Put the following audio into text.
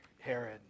Herod